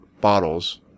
bottles